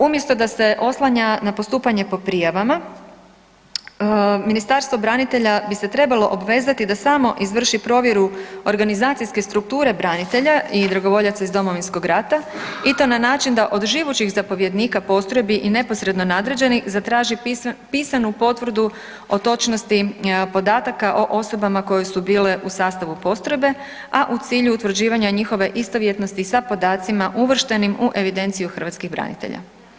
Umjesto da se oslanja na postupanje po prijavama Ministarstvo branitelja bi se trebalo obvezati da samo izvrši provjeru organizacijske strukture branitelja i dragovoljaca iz Domovinskog rata i to na način da od živućih zapovjednika postrojbi i neposredno nadređenih zatraži pisanu potvrdu o točnosti podataka o osobama koje su bile u sastavu postrojbe, a u cilju utvrđivanja njihove istovjetnosti sa podacima uvrštenim u evidenciju hrvatskih branitelja.